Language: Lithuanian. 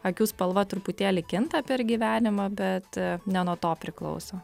akių spalva truputėlį kinta per gyvenimą bet ne nuo to priklauso